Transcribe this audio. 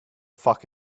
fuck